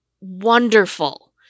wonderful